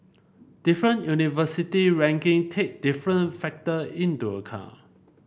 different university ranking take different factor into account